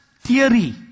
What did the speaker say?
theory